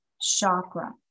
chakra